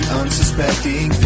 unsuspecting